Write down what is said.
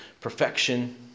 perfection